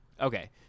Okay